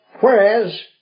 Whereas